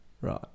Right